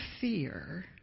fear